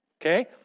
okay